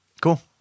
Cool